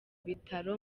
bitaro